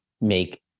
make